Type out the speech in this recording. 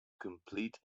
complete